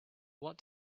what